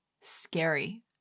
scary